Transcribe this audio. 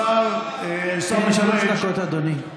שלוש דקות, אדוני.